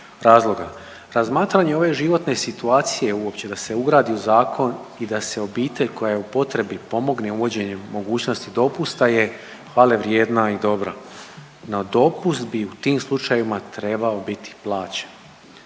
razloga. Razmatranje ove životne situacije uopće da se ugradi u zakon i da se obitelj koja je u potrebi pomogne uvođenjem mogućnosti dopusta je hvale vrijedna i dobra, no dopust bi u tim slučajevima trebao biti plaćen.